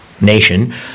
nation